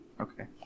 Okay